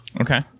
Okay